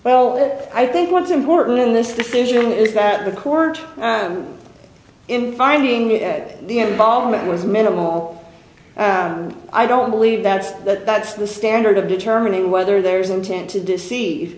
well i think what's important in this decision is that the court in finding it the involvement was minimal i don't believe that's that's the standard of determining whether there's an intent to deceive